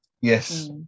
yes